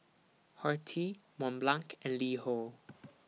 Horti Mont Blanc and LiHo